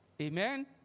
Amen